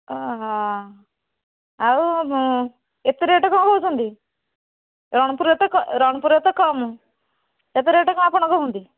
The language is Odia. ଆଉ ଏତେ ରେଟ୍ କ'ଣ କହୁଛନ୍ତି ରଣପୁରରେ ତ ରଣପୁରରେ ତ କମ୍ ଏତେ ରେଟ୍ କ'ଣ ଆପଣ କହୁଛନ୍ତି